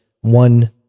one